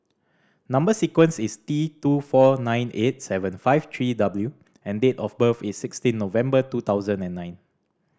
number sequence is T two four nine eight seven five three W and date of birth is sixteen November two thousand and nine